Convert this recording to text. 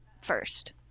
first